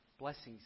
blessings